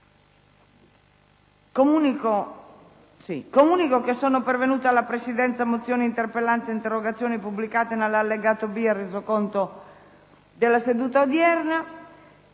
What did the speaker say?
Comunico che sono pervenute alla Presidenza mozioni, interpellanze e interrogazioni, pubblicate nell'allegato B al Resoconto della seduta odierna.